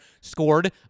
scored